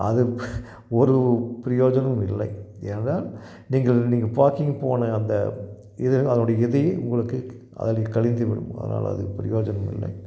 அது ஒரு பிரியோஜனமும் இல்லை ஏனென்றால் நீங்கள் நீங்கள் வாக்கிங் போன அந்த இது அதனோடய இதையே உங்களுக்கு க அதில் கழிந்து விடும் அதனால் அது பிரியோஜனம் இல்லை